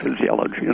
physiology